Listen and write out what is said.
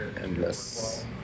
endless